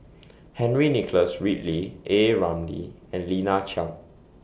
Henry Nicholas Ridley A Ramli and Lina Chiam